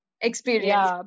experience